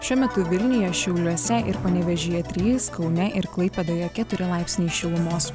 šiuo metu vilniuje šiauliuose ir panevėžyje trys kaune ir klaipėdoje keturi laipsniai šilumos